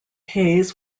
hayes